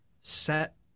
set